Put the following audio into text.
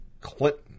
Clinton